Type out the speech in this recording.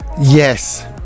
Yes